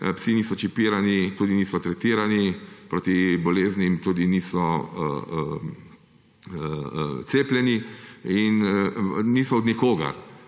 psi niso čipirani, tudi niso tretirani proti boleznim, tudi niso cepljeni. In niso od nikogar